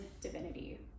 divinity